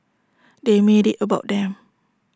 they made IT about them